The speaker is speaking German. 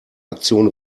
aktion